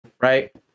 right